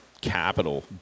capital